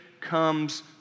comes